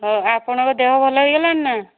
ହ ଆପଣଙ୍କ ଦେହ ଭଲ ହୋଇଗଲାଣି ନା